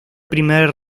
primer